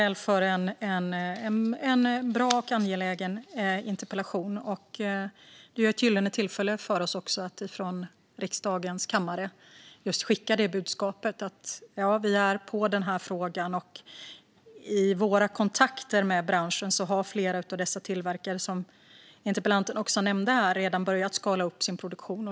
Fru talman! Tack, Thomas Morell, för en bra och angelägen interpellation! Det här är ju ett gyllene tillfälle att från riksdagens kammare skicka budskapet att vi är på frågan. Från våra kontakter med branschen vet vi att flera av de tillverkare som interpellanten nämnde här redan har börjat skala upp sin produktion.